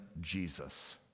Jesus